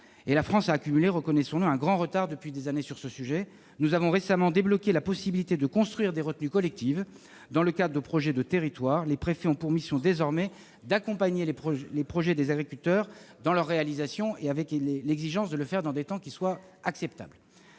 La France, reconnaissons-le, a accumulé un grand retard depuis des années sur ce sujet. Nous avons récemment débloqué la possibilité de construire des retenues collectives dans le cadre de projets de territoire. Les préfets ont pour mission désormais d'accompagner la réalisation des projets des agriculteurs, avec l'exigence de le faire dans des temps acceptables.